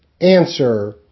Answer